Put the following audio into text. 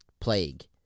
plague